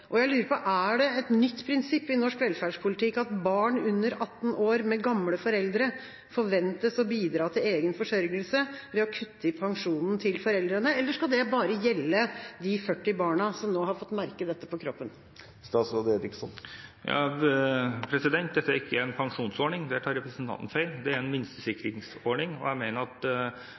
med gamle foreldre forventes å bidra til egen forsørgelse ved at man kutter i pensjonen til foreldrene, eller skal det bare gjelde de 40 barna som nå har fått merke dette på kroppen? Dette er ikke en pensjonsordning – der tar representanten feil – det er en minsteinntektssikringsordning, og jeg mener at